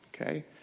okay